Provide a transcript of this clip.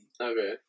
Okay